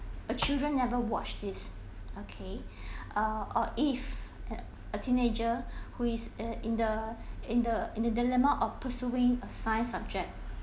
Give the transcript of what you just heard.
uh children never watch this okay uh or if a teenager who is uh in the in the in the dilemma of pursuing a science subject